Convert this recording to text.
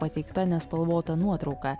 pateikta nespalvota nuotrauka